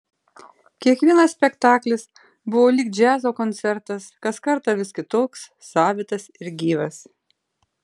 kiekvienas spektaklis buvo lyg džiazo koncertas kas kartą vis kitoks savitas ir gyvas